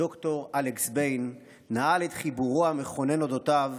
ד"ר אלכס ביין, נעל את חיבורו המכונן על אודותיו,